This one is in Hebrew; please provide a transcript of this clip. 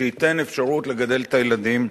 שייתן אפשרות לגדל את הילדים,